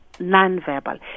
non-verbal